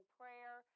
prayer